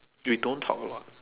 we don't talk a lot